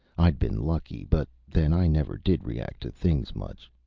i'd been lucky, but then i never did react to things much.